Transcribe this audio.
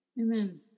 Amen